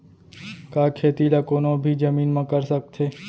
का खेती ला कोनो भी जमीन म कर सकथे?